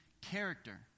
character